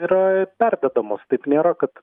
yra pervedamos taip nėra kad